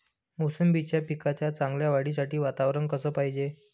मोसंबीच्या पिकाच्या चांगल्या वाढीसाठी वातावरन कस पायजे?